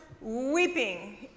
weeping